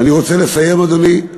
ואני רוצה לסיים, אדוני.